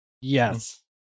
Yes